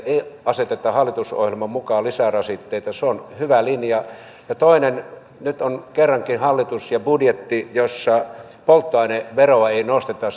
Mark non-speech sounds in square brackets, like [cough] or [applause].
aseteta hallitusohjelman mukaan lisärasitteita se on hyvä linja ja toiseksi nyt on kerrankin hallitus ja budjetti jossa polttoaineveroa ei nosteta [unintelligible]